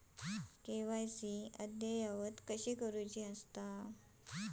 KYC अद्ययावत कशी करुची?